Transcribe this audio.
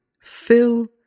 fill